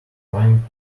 trying